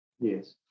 Yes